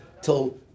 till